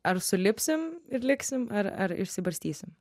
ar sulipsim ir liksim ar ar išsibarstysim